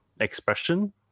expression